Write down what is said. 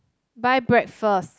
buy breakfast